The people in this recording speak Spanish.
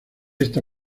esta